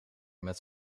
met